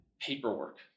paperwork